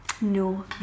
No